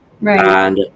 right